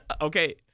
Okay